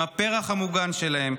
עם הפרח המוגן שלהם,